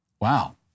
Wow